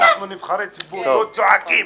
אנחנו נבחרי ציבור, אנחנו לא צועקים.